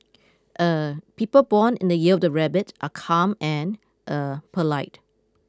er people born in the year of the Rabbit are calm and er polite